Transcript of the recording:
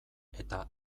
eta